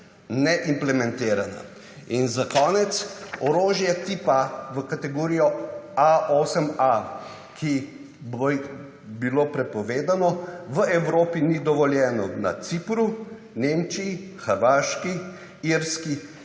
ne-implementirana. In za konec, orožje tipa v kategorijo A8-a, ki bi bilo prepovedano, v Evropi ni dovoljeno na Cipru, v Nemčiji, Hrvaški, Irski,